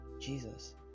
jesus